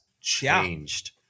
changed